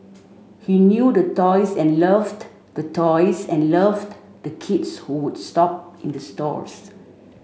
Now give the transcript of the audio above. he knew the toys and loved the toys and loved the kids who would shop in the stores